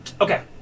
Okay